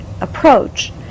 approach